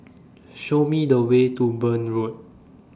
Show Me The Way to Burn Road